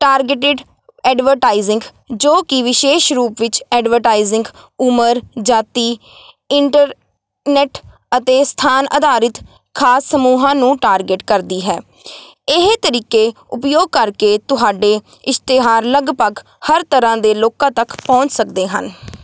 targeted advertising ਜੋ ਕਿ ਵਿਸ਼ੇਸ਼ ਰੂਪ ਵਿੱਚ ਐਡਵਰਟਾਈਜ਼ਿੰਗ ਉਮਰ ਜਾਤੀ ਇੰਟਰਨੈੱਟ ਸਥਾਨ ਆਧਾਰਿਤ ਖਾਸ ਸਮੂਹਾਂ ਨੂੰ ਟਾਰਗਿਟ ਕਰਦੀ ਹੈ ਇਹ ਤਰੀਕੇ ਉਪਯੋਗ ਕਰਕੇ ਤੁਹਾਡੇ ਇਸ਼ਤਿਹਾਰ ਲਗਭਗ ਹਰ ਤਰ੍ਹਾਂ ਦੇ ਲੋਕਾਂ ਤੱਕ ਪਹੁੰਚ ਸਕਦੇ ਹਨ